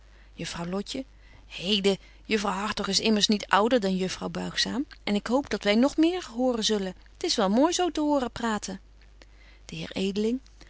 juffrouw lotje heden juffrouw hartog is immers niet ouder dan juffrouw buigzaam en ik hoop dat wy nog meer horen zullen t is wel mooi zo te horen praten